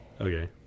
okay